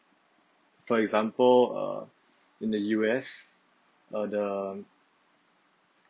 for example uh in the U_S err the